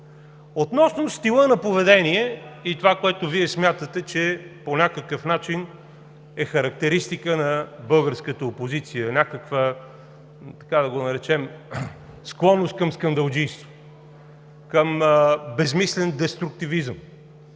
Относно стила на поведение и това, което Вие смятате, че по някакъв начин е характеристика на българската опозиция – някаква, така да го наречем, склонност към скандалджийство, към безсмислен деструктивизъм,